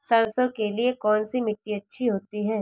सरसो के लिए कौन सी मिट्टी अच्छी होती है?